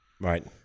Right